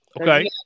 Okay